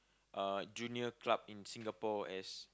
uh junior club in Singapore as